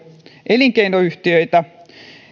elinkeinoyhtiöitä